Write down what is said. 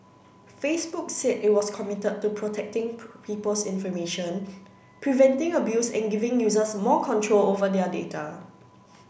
Facebook said it was committed to protecting people's information preventing abuse and giving users more control over their data